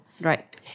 Right